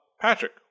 patrick